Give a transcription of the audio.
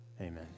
Amen